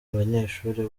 banyeshuri